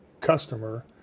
customer